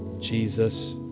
Jesus